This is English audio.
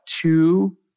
two